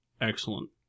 Excellent